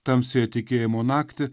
tamsiojo tikėjimo naktį